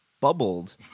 bubbled